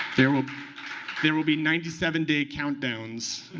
there will there will be ninety seven day countdowns